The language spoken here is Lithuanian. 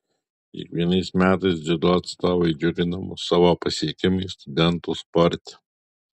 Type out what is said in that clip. kiekvienais metais dziudo atstovai džiugina mus savo pasiekimais studentų sporte